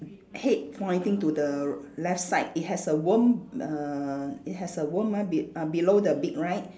head pointing to the left side it has a worm err it has a worm ah be~ uh below the beak right